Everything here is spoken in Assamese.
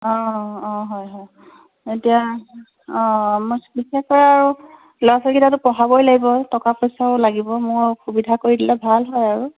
অঁ অঁ হয় হয় এতিয়া অঁ মই বিশেষকৈ আৰু ল'ৰা ছোৱালীকেইটাতো পঢ়াবই লাগিব টকা পইচাও লাগিব মোৰ সুবিধা কৰি দিলে ভাল হয় আৰু